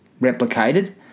replicated